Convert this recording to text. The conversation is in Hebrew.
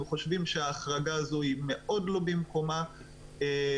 אנחנו חושבים שההחרגה הזו היא מאוד לא במקומה וצריכה